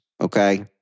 Okay